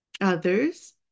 others